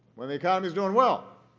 when the economy is doing well,